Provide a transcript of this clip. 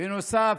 בנוסף,